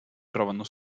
trovano